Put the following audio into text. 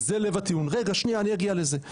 זה לב הטיעון, רגע שנייה אני אגיע לזה.